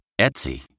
Etsy